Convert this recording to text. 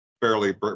fairly